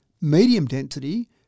medium-density